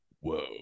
Whoa